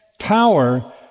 power